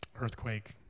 Earthquake